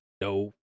no